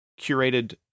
curated